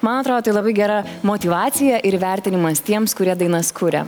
man atrodo tai labai gera motyvacija ir įvertinimas tiems kurie dainas kuria